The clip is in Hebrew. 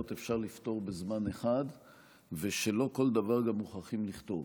אפשר לפתור בזמן אחד ושלא כל דבר גם מוכרחים לכתוב.